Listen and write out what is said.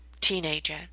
teenager